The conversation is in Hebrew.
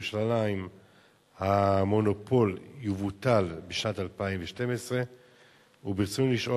בירושלים המונופול יבוטל בשנת 2012. רצוני לשאול: